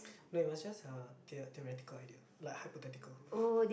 no it was just a theo~ theoretical idea like hypothetical